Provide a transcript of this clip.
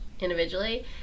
individually